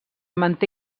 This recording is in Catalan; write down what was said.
manté